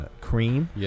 cream